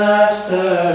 Master